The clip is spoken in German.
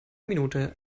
minute